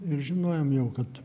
ir žinojom jau kad